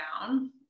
down